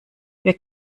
wer